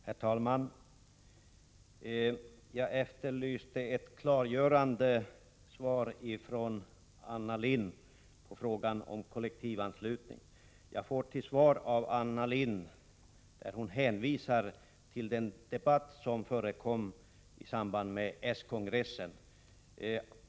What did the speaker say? Herr talman! Jag efterlyste ett klargörande svar från Anna Lindh på frågan om kollektivanslutningen. Jag fick som svar av Anna Lindh en hänvisning till den debatt som förekom i samband med s-kongressen.